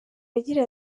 agira